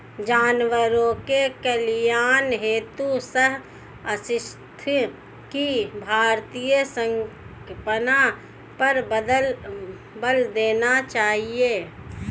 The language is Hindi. जानवरों के कल्याण हेतु सहअस्तित्व की भारतीय संकल्पना पर बल देना चाहिए